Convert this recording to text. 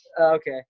Okay